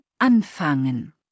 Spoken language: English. anfangen